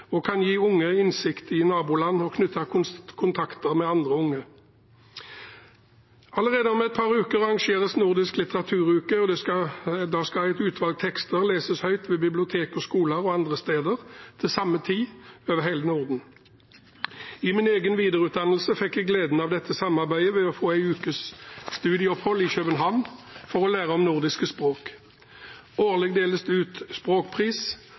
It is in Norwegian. kan gi unge innsikt i naboland, og det kan knyttes kontakter med andre unge. Allerede om et par uker arrangeres Nordisk litteraturuke, og da skal et utvalg tekster leses høyt ved bibliotek, skoler og andre steder til samme tid over hele Norden. I min egen videreutdannelse fikk jeg gleden av dette samarbeidet ved å få en ukes studieopphold i København for å lære om nordiske språk. Årlig deles det ut språkpris,